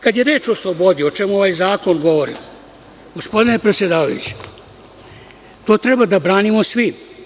Kada je reč o slobodi, o čemu ovaj zakon govori, gospodine predsedavajući, to treba da branimo svi.